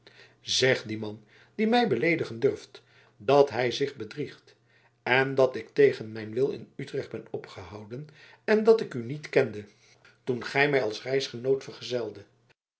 zeg dien man die mij beleedigen durft dat hij zich bedriegt en dat ik tegen mijn wil in utrecht ben opgehouden en dat ik u niet kende toen gij mij als reisgenoot vergezeldet